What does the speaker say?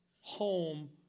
home